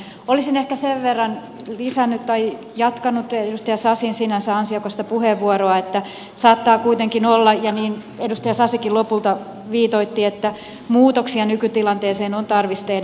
olisin ehkä sen verran lisännyt tai jatkanut edustaja sasin sinänsä ansiokasta puheenvuoroa että saattaa kuitenkin olla ja niin edustaja sasikin lopulta viitoitti että muutoksia nykytilanteeseen on tarvis tehdä